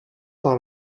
par